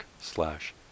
slash